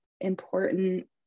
important